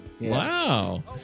wow